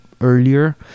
earlier